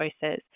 choices